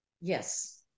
Yes